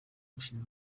gushima